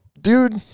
dude